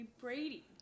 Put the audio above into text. Brady